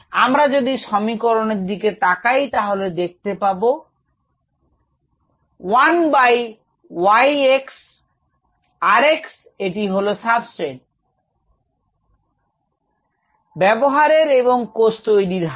আমরা যদি সমিকরনের দিকে তাকাই তাহলে দেখতে পাব 1 by Y x r x এটি হলো সাবস্ট্রেট ব্যবহারের এবং কোষ তৈরীর হার